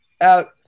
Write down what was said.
out